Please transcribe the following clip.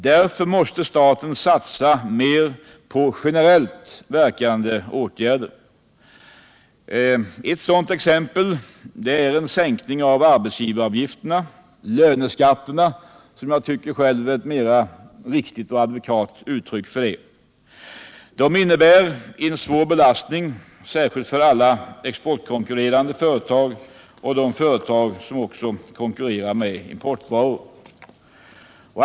Därför måste staten satsa mer på generellt verkande åtgärder. Ett exempel på en sådan åtgärd är sänkning av arbetsgivaravgifterna — eller löneskatterna, som jag tycker är ett mera adekvat uttryck för dem — vilka innebär en svår belastning, särskilt för alla exportkonkurrerande företag och för företag som konkurrerar med importvaror.